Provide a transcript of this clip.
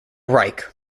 reich